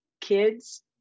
kids